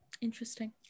Interesting